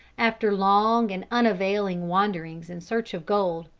after long and unavailing wanderings in search of gold,